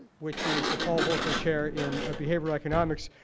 which is the paul volcker chair in behavioral economics,